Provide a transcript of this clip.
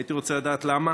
הייתי רוצה לדעת למה.